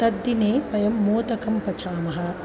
तद्दिने वयं मोदकं पचामः